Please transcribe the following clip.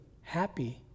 happy